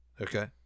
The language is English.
okay